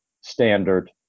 standard